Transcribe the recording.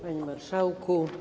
Panie Marszałku!